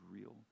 real